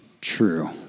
True